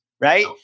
right